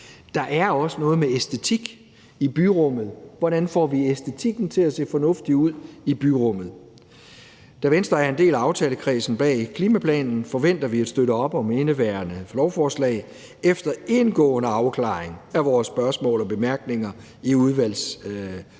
Der er også noget med æstetik i byrummet. Hvordan får vi æstetikken til at se fornuftig ud i byrummet? Da Venstre er en del af aftalekredsen bag klimaplanen, forventer vi at støtte op om indeværende lovforslag efter indgående afklaring af vores spørgsmål og bemærkninger i udvalgsbehandlingen.